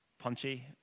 punchy